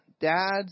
dads